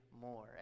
more